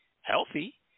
healthy